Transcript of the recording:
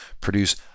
produce